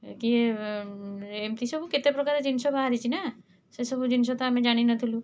ଏ କିଏ ଏମିତି ସବୁ କେତେପ୍ରକାର ଜିନିଷ ବାହାରିଛି ନା ସେସବୁ ଜିନିଷ ତ ଆମେ ଜାଣିନଥିଲୁ